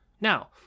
Now